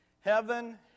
Heaven